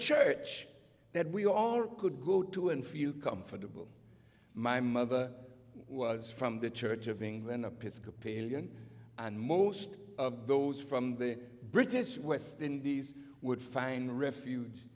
church that we all could go to and feel comfortable my mother was from the church of england appears comparison and most of those from the british west indies would find refuge